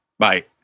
Bye